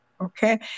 Okay